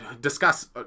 discuss